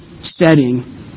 setting